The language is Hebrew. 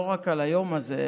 לא רק על היום הזה,